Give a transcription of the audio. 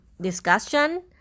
discussion